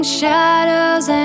shadows